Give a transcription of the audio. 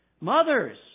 mothers